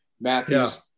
Matthews